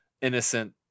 innocent